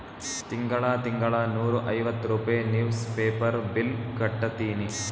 ತಿಂಗಳಾ ತಿಂಗಳಾ ನೂರಾ ಐವತ್ತ ರೂಪೆ ನಿವ್ಸ್ ಪೇಪರ್ ಬಿಲ್ ಕಟ್ಟತ್ತಿನಿ